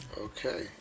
Okay